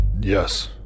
Yes